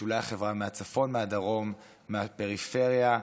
בשולי החברה, מהצפון, מהדרום, מהפריפריה,